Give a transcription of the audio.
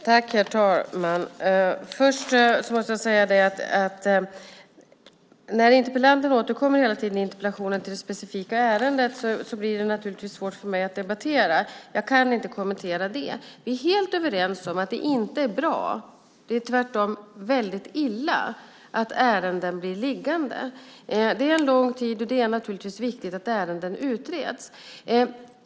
Herr talman! Först måste jag säga att när interpellanten i interpellationsdebatten hela tiden återkommer till det här specifika ärendet blir det naturligtvis svårt för mig att debattera. Jag kan inte kommentera det. Vi är helt överens om att det inte är bra - det är tvärtom väldigt illa - att ärenden blir liggande. Det är en lång tid, och det är naturligtvis viktigt att ärenden utreds.